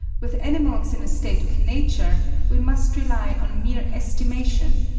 with animals in a state of nature, we must rely on mere estimation,